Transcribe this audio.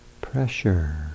Pressure